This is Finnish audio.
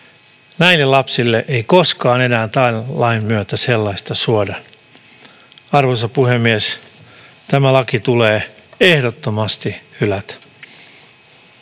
Näille lapsille ei koskaan enää tämän lain myötä sellaista suoda. Arvoisa puhemies! Tämä laki tulee ehdottomasti hylätä.